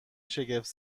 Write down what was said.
شگفت